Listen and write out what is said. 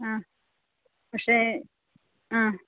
ആ പക്ഷേ ആ